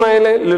זה לא